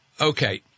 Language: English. Okay